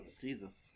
Jesus